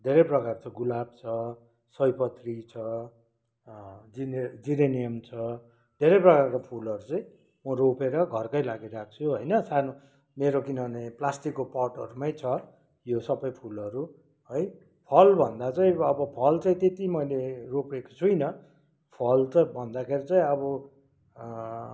धेरै प्रकार छ गुलाब छ सयपत्री छ जिने जिरेनियम छ धेरै प्रकारको फुलहरू चाहिँ म रोपेर घरकै लागि राख्छु अनि होइन सानो मेरो किनभने प्लास्टिकको पटहरूमै छ यो सबै फुलहरू है फल भन्दा चाहिँ अब फल चाहिँ त्यति मैले रोपेको छुइनँ फल चाहिँ भन्दाखेरि चाहिँ अब